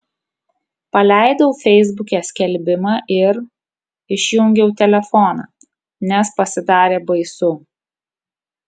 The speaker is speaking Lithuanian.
paleidau feisbuke skelbimą ir išjungiau telefoną nes pasidarė baisu